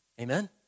Amen